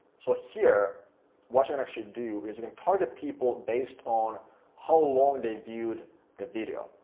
so here what you can actually do is you can target people based on how long they viewed the video.